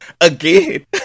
again